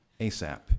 ASAP